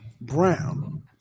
brown